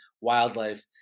wildlife